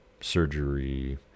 surgery